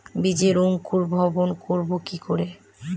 বীজের অঙ্কুরিভবন করব কি করে?